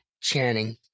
Channing